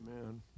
Amen